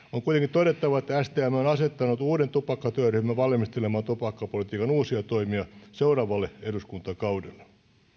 todettava että stm on asettanut uuden tupakkatyöryhmän valmistelemaan tupakkapolitiikan uusia toimia seuraavalle eduskuntakaudelle